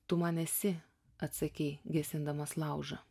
tu man esi atsakei gesindamas laužą